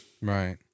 Right